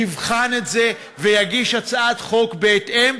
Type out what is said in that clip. יבחן את זה ויגיש הצעת חוק בהתאם,